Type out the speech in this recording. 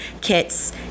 kits